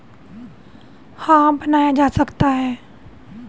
कृषि वानिकी की पद्धति अपनाने से पर्यावरण का संतूलन बनाया जा सकता है